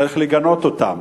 צריך לגנות אותם.